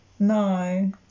No